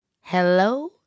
Hello